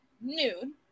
noon